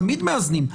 תמיד מאזנים.